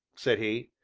said he.